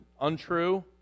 untrue